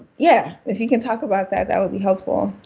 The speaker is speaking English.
yeah, if you can talk about that, that would be helpful.